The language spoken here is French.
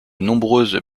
nombreuses